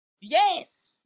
Yes